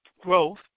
growth